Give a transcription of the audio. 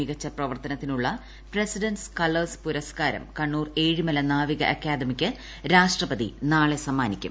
മികച്ച പ്രവർത്തനത്തിനുള്ള president's colours പുരസ്കാരം കണ്ണൂർ ഏഴിമല നാവിക അക്കാദമിക്ക് രാഷ്ട്രപതി നാളെ സമ്മാനിക്കും